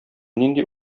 нинди